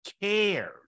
cared